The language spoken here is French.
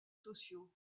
sociaux